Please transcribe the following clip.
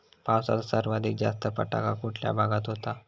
पावसाचा सर्वाधिक जास्त फटका कुठल्या भागात होतो?